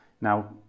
Now